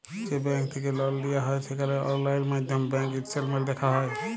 যে ব্যাংক থ্যাইকে লল লিয়া হ্যয় সেখালে অললাইল মাইধ্যমে ব্যাংক ইস্টেটমেল্ট দ্যাখা যায়